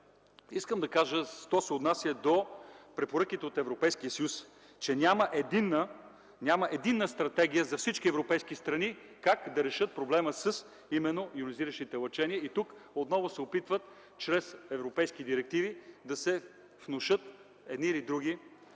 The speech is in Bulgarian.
и мнения. Що се отнася до препоръките от Европейския съюз. Няма единна стратегия за всички европейски страни как да решат проблема именно с йонизиращите лъчения и тук отново се опитват чрез европейски директиви да се внушат едни или други